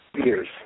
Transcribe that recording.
Years